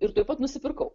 ir tuoj pat nusipirkau